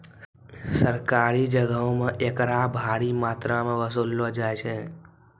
सरकारियो जगहो पे एकरा भारी मात्रामे वसूललो जाय छै